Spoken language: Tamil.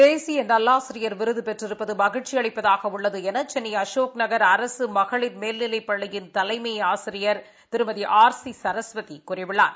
தேசிய நல்லாசிரியர் விருது பெற்றிருப்பது மகிழ்ச்சி அளிப்பதாக உள்ளது என சென்னை அசோக்நகர் அரசு மேல்நிலைப் பள்ளியின் தலைமை ஆசிரியர் ஆர் சி சரஸ்வதி கூறியுள்ளார்